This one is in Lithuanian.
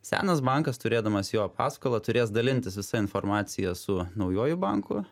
senas bankas turėdamas jo paskolą turės dalintis visa informacija su naujuoju banku